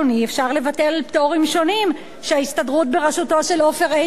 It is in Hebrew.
אפשר לבטל פטורים שונים שההסתדרות בראשות עופר עיני מגינה עליהם.